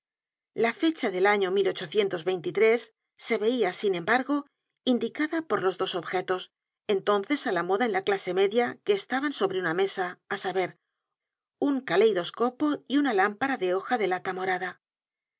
la fecha del año se veia sin embargo indicada por los dos objetos entonces á la moda en la clase media que estaban sobre una mesa á saber un kaleidoscopo y una lámpara de hoja de lata morada